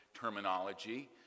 terminology